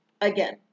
again